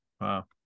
Wow